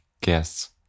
guests